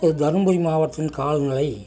தர்மபுரி மாவட்டத்தின் காலநிலை